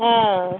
ହଁ